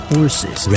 Horses